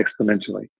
exponentially